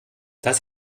das